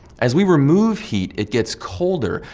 as we remove heat, it gets colder,